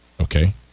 Okay